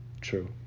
True